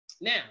Now